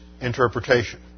interpretation